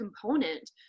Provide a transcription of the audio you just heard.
component